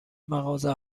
مغازه